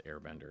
airbender